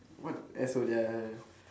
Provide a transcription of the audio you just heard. what asshole they are man